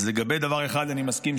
לגבי דבר אחד אני מסכים,